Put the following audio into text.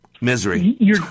Misery